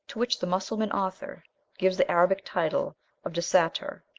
to which the mussulman author gives the arabic title of desatir,